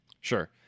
Sure